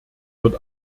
wird